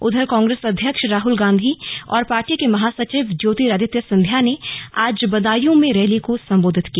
उधर कांग्रेस अध्यक्ष राहुल गांधी और पार्टी र्क महासचिव ज्योतिरादित्य सिंधिया ने आज बदायूं में रैली को सम्बोधित किया